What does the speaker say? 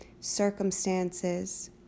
circumstances